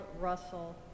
Russell